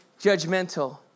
judgmental